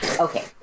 Okay